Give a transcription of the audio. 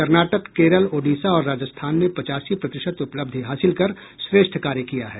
कर्नाटक केरल ओडिशा और राजस्थान ने पचासी प्रतिशत उपलब्धि हासिल कर श्रेष्ठ कार्य किया है